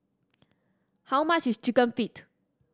how much is Chicken Feet